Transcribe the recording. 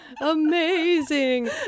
Amazing